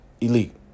elite